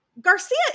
Garcia